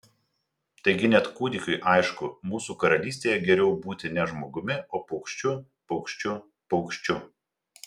taigi net kūdikiui aišku mūsų karalystėje geriau būti ne žmogumi o paukščiu paukščiu paukščiu